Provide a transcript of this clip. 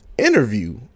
interview